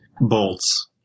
bolts